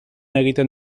egiten